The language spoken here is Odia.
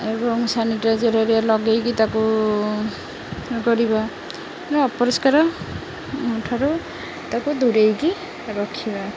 ଏବଂ ସାନିଟାଇଜର୍ରେ ଲଗାଇକି ତାକୁ ଇଏ କରିବା ମାନେ ଅପରିଷ୍କାର ଠାରୁ ତାକୁ ଦୂରେଇକି ରଖିବା